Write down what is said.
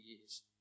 years